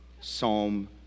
Psalm